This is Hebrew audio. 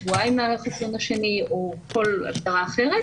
שבועיים מהחיסון השני או כל הסדרה אחרת